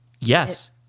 Yes